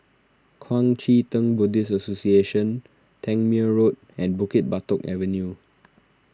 Kuang Chee Tng Buddhist Association Tangmere Road and Bukit Batok Avenue